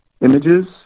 images